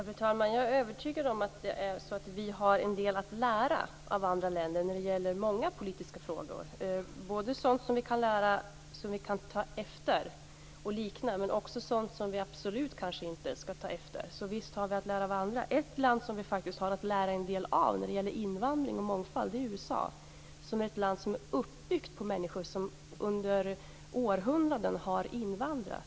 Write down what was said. Fru talman! Jag är övertygad om att vi har en del att lära av andra länder när det gäller många politiska frågor, både sådant som vi kan ta efter och likna och sådant som vi absolut inte ska ta efter. Visst har vi att lära av andra. Ett land som vi har att lära en del av när det gäller invandring och mångfald är USA, som är ett land som är uppbyggt på människor som under århundraden har invandrat.